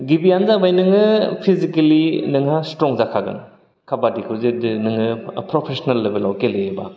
गिबियानो जाबाय नोङो फिसिकेलि नोंहा स्थ्रं जाखागोन खाबादिखौ जे जे नोङो प्रफेस्नेल लेभेलाव गेलेयोबा